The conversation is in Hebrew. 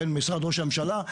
משרד ראש הממשלה,